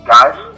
Guys